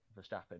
Verstappen